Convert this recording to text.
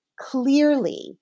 clearly